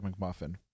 mcmuffin